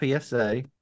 PSA